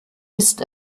ist